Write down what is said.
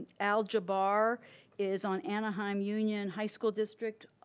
al jabar is on anaheim union high school district.